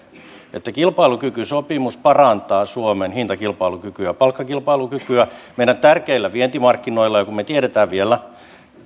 että kilpailukykysopimus parantaa suomen hintakilpailukykyä palkkakilpailukykyä meidän tärkeillä vientimarkkinoilla ja kun me tiedämme vielä